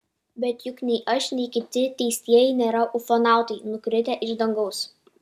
bet juk nei aš nei kiti teistieji nėra ufonautai nukritę iš dangaus